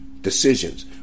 decisions